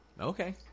Okay